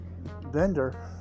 vendor